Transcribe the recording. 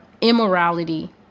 immorality